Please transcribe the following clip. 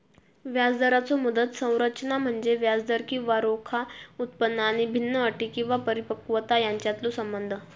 व्याजदराचो मुदत संरचना म्हणजे व्याजदर किंवा रोखा उत्पन्न आणि भिन्न अटी किंवा परिपक्वता यांच्यातलो संबंध